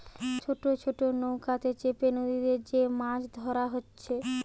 ছোট ছোট নৌকাতে চেপে নদীতে যে মাছ ধোরা হচ্ছে